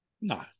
No